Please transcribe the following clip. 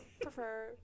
prefer